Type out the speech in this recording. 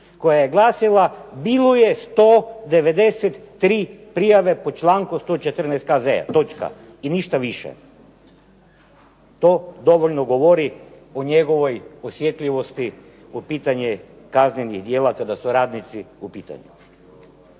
koja je glasila: bilo je 193 prijave po članku 114. KZ-a. Točka. I ništa više. To dovoljno govori o njegovoj osjetljivosti po pitanju kaznenih djela kada su radnici u pitanju.